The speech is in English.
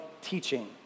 teaching